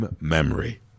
memory